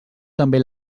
també